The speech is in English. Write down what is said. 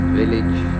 village